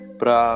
pra